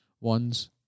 ones